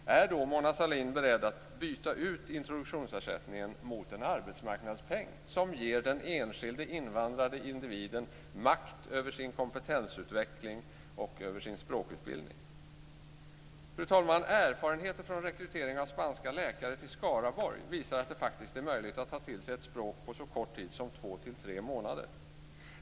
Är Mona Sahlin beredd att byta ut introduktionsersättningen mot en arbetsmarknadspeng, som ger den enskilde invandrade individen makt över sin kompetensutveckling och över sin språkutbildning? Fru talman! Erfarenheter från rekrytering av spanska läkare till Skaraborg visar att det faktiskt är möjligt att ta till sig ett språk på så kort tid som två till tre månader.